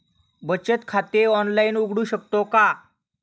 बचत खाते ऑनलाइन उघडू शकतो का?